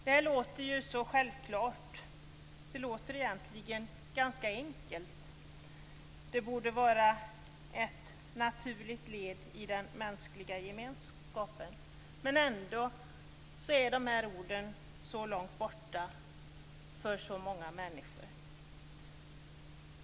Detta låter självklart och ganska enkelt. Det borde vara ett naturligt led i den mänskliga gemenskapen. Ändå är dessa ord så långt borta för så många människor.